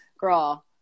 girl